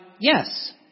Yes